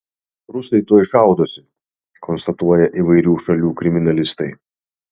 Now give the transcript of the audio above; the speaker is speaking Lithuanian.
rusai tuoj šaudosi konstatuoja įvairių šalių kriminalistai